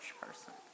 person